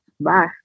bye